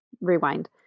Rewind